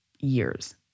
years